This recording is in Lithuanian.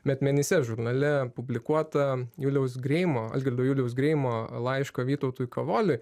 metmenyse žurnale publikuotą juliaus greimo algirdo juliaus greimo laišką vytautui kavoliui